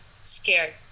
scared